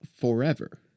forever